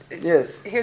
Yes